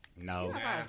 No